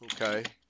Okay